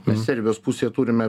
mes serbijos pusėje turime